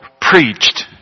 preached